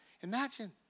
Imagine